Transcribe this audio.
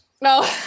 No